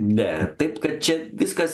ne taip kad čia viskas